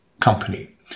company